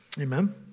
Amen